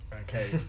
Okay